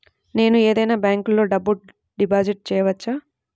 నేను ఏదైనా బ్యాంక్లో డబ్బు డిపాజిట్ చేయవచ్చా?